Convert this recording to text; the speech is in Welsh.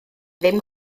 ddim